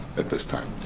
at this time.